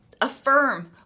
affirm